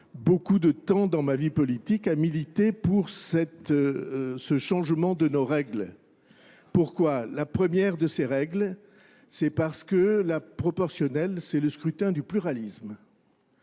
beaucoup de temps dans ma vie politique à militer pour ce changement de nos règles. Pourquoi ? La première de ces règles, c'est parce que la proportionnelle, c'est le scrutin du pluralisme.